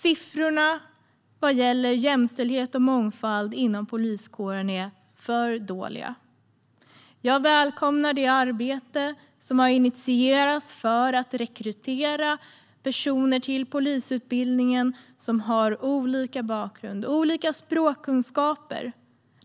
Siffrorna vad gäller jämställdhet och mångfald inom poliskåren är för dåliga. Jag välkomnar det arbete som har initierats för att rekrytera personer till polisutbildningen som har olika bakgrund och olika språkkunskaper.